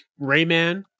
Rayman